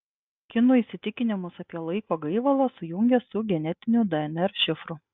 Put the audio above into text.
kinų įsitikinimus apie laiko gaivalą sujungė su genetiniu dnr šifru